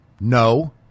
No